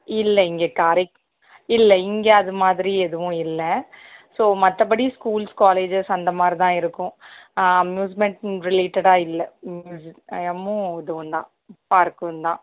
இல்லை இங்கே காரைக் இல்லை இங்கே அது மாதிரி எதுவும் இல்லை ஸோ மற்றபடி ஸ்கூல்ஸ் காலேஜஸ் அந்த மாதிரி தான் இருக்கும் அம்யூஸ்மெண்ட் ரிலேட்டடாக இல்லை ம்ஹூ ஐஎம்மும் இதுவும் தான் பார்க்கும் தான்